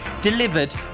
delivered